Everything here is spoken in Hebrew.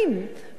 מה קרה?